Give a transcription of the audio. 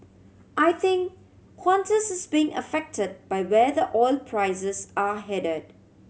I think Qantas is being affected by where the oil prices are headed